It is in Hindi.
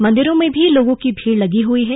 मंदिरों में भी लोगों की भीड़ लगी हुई है